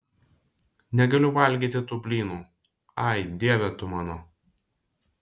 negaliu valgyti tų blynų ai dieve tu mano